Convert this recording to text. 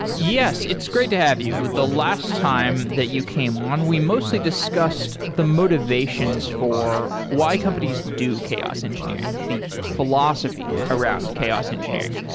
yes, it's great to have you. the last time that you came on, we mostly discussed the motivations for why companies do chaos engineering, the philosophy around chaos engineering,